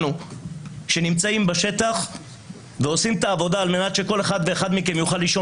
על מנת להוציא